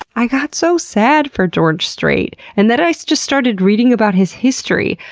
i got so sad for george strait and then i just started reading about his history.